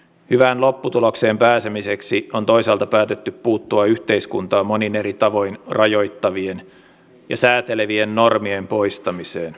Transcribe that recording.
hyvään lopputulokseen pääsemiseksi on toisaalta päätetty puuttua yhteiskuntaa monin eri tavoin rajoittavien ja säätelevien normien poistamisella